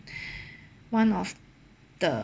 one of the